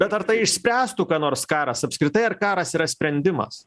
bet ar tai išspręstų ką nors karas apskritai ar karas yra sprendimas